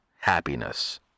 happiness